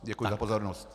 Děkuji za pozornost.